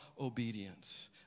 obedience